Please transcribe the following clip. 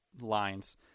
lines